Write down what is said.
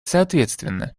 соответственно